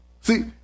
See